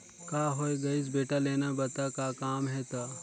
का होये गइस बेटा लेना बता का काम हे त